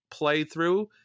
playthrough